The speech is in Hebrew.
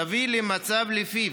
תביא למצב שלפיו